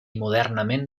modernament